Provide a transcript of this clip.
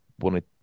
wanted